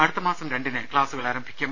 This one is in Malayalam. അടുത്ത മാസം രണ്ടിന് ക്സാസുകൾ ആരംഭിക്കും